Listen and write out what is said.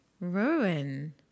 Rowan